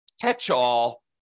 catch-all